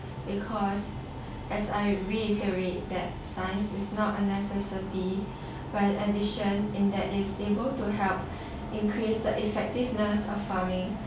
because as I reiterate that science is not a necessity but in addition that it's able to help increase the effectiveness of farming